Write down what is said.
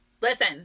Listen